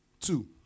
Two